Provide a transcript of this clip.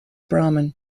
brahman